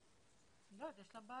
מנהל לימודי הסמכה